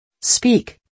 speak